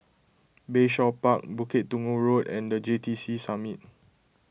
Bayshore Park Bukit Tunggal Road and the J T C Summit